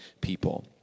people